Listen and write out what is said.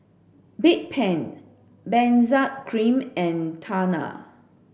Bedpan Benzac cream and Tena